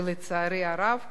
ולצערי הרב,